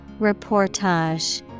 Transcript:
Reportage